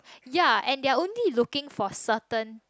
ya and their only looking for certain